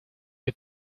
que